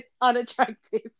unattractive